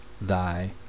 thy